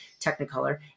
technicolor